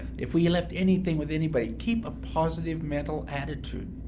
if we left anything with anybody, keep a positive mental attitude,